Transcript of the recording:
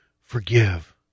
forgive